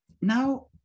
now